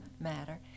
matter